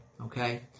Okay